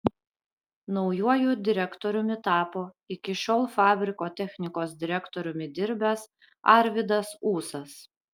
naujuoju direktoriumi tapo iki šiol fabriko technikos direktoriumi dirbęs arvydas ūsas